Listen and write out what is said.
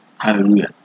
Hallelujah